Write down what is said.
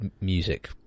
music